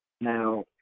now